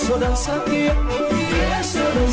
you know